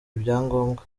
ibyangombwa